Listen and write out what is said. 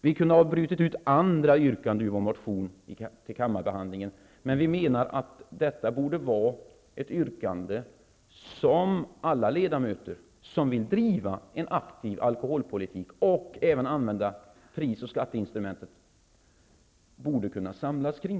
Vi kunde ha brutit ut andra yrkanden ur vår motion till kammarbehandlingen, men vi menar att detta är ett yrkande som alla ledamöter som vill driva en aktiv alkoholpolitik och även använda pris och skatteinstrumentet borde kunna samlas kring.